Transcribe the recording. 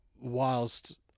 whilst